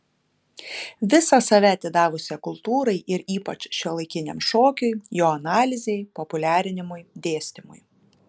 visą save atidavusią kultūrai ir ypač šiuolaikiniam šokiui jo analizei populiarinimui dėstymui